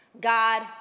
God